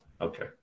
Okay